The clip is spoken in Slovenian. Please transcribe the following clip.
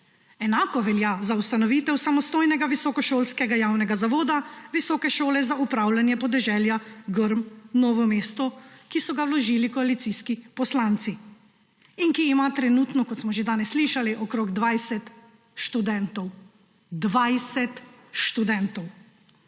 Enako velja za ustanovitev samostojnega visokošolskega javnega zavoda Visoke šole za upravljanje podeželja Grm Novo mesto, katerega predlog so vložili koalicijski poslanci in ki ima trenutno, kot smo danes že slišali, okrog 20 študentov. 20 študentov!